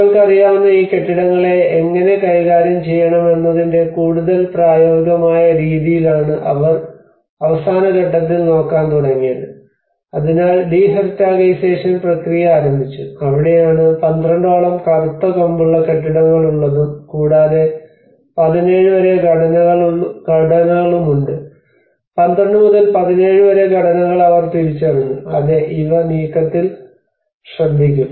നിങ്ങൾക്കറിയാവുന്ന ഈ കെട്ടിടങ്ങളെ എങ്ങനെ കൈകാര്യം ചെയ്യാമെന്നതിന്റെ കൂടുതൽ പ്രായോഗികമായ രീതിയിലാണ് അവർ അവസാന ഘട്ടത്തിൽ നോക്കാൻ തുടങ്ങിയത് അതിനാൽ ഡി ഹെറിറ്റാഗൈസേഷൻ പ്രക്രിയ ആരംഭിച്ചു അവിടെയാണ് 12 ഓളം കറുത്ത കൊമ്പുള്ള കെട്ടിടങ്ങളുള്ളതും കൂടാതെ 17 വരെ ഘടനകളുമുണ്ട് 12 മുതൽ 17 വരെ ഘടനകൾ അവർ തിരിച്ചറിഞ്ഞു അതെ ഇവ നീക്കത്തിൽ ശ്രദ്ധിക്കും